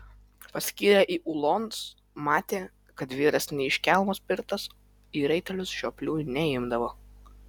paskyrė į ulonus matė kad vyras ne iš kelmo spirtas į raitelius žioplių neimdavo